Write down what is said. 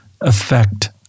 affect